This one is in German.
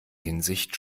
hinsicht